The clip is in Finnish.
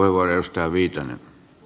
arvoisa puhemies